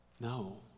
No